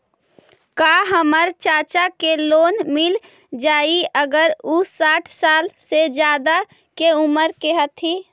का हमर चाचा के लोन मिल जाई अगर उ साठ साल से ज्यादा के उमर के हथी?